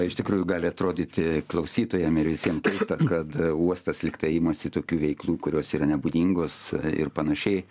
iš tikrųjų gali atrodyti klausytojam ir visiem keista kad uostas lygtai imasi tokių veiklų kurios yra nebūdingos ir panašiai